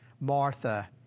Martha